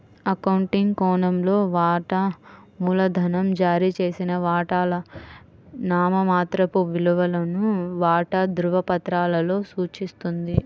accounting కోణంలో, వాటా మూలధనం జారీ చేసిన వాటాల నామమాత్రపు విలువను వాటా ధృవపత్రాలలో సూచిస్తుంది